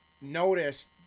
noticed